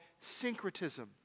syncretism